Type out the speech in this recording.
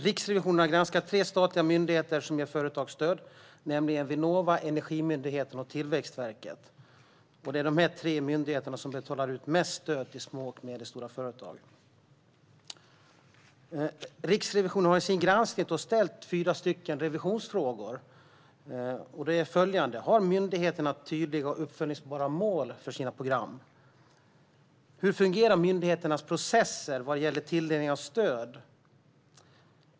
Riksrevisionen har granskat tre statliga myndigheter som ger företagsstöd, nämligen Vinnova, Energimyndigheten och Tillväxtverket. Dessa tre myndigheter är de som betalar ut mest stöd till små och medelstora företag. Riksrevisionen har i sin granskning ställt fyra revisionsfrågor: Har myndigheterna tydliga och uppföljbara mål för sina program? Hur fungerar myndigheternas processer vad gäller tilldelning av stöd?